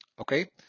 okay